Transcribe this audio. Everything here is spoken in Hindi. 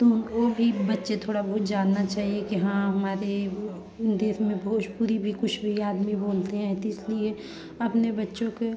तो वो भी बच्चे थोड़ा बहुत जानना चाहिए कि हाँ हमारी देश में भोजपुरी भी कुछ भी आदमी बोलते हैं तो इसलिए अपने बच्चों को